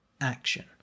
action